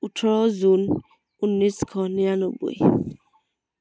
ওঠৰ জুন ঊনৈছশ নিৰান্নব্বৈ